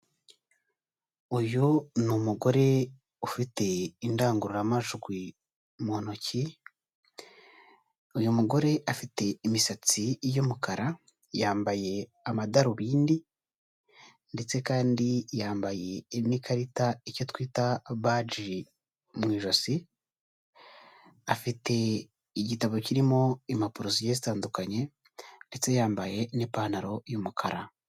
Uyu ni umugore ufite indangururamajwi mu ntoki, uyu mugore afite imisatsi y'umukara, yambaye amadarubindi ndetse kandi yambaye n'ikarita icyo twita baji mu ijosi, afite igitabo kirimo impapuro zigiye zitandukanye ndetse yambaye n'ipantaro y'umukara.